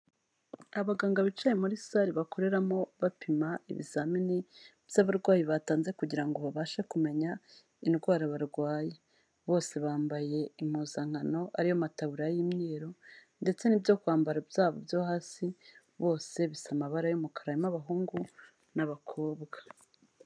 Abaganga bicaye muri sare bakoreramo, bapima ibizamini by'abarwayi batanze kugira ngo babashe kumenya indwara barwaye, bose bambaye impuzankano ariyo mataburiya y'imyeru, ndetse n'ibyo kwambara byabo byo hasi, bose bisa amabara y'umukara, harimo abahungu n'abakobwa.